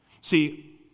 See